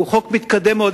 החוק הזה מתקדם מאוד,